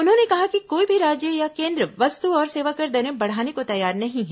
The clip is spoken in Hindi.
उन्होंने कहा कि कोई भी राज्य या केन्द्र वस्तु और सेवाकर दरें बढ़ाने को तैयार नहीं है